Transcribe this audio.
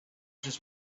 just